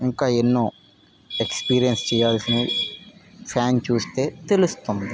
ఇంకా ఎన్నో ఎక్స్పీరియన్స్ చేయాల్సినవి ఫాన్ చూస్తే తెలుస్తుంది